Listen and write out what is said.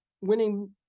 winning